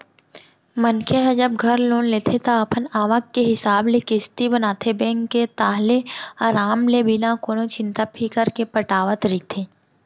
मनखे ह जब घर लोन लेथे ता अपन आवक के हिसाब ले किस्ती बनाथे बेंक के ताहले अराम ले बिना कोनो चिंता फिकर के पटावत रहिथे